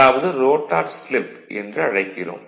அதாவது rotor slip என்றழைக்கிறோம்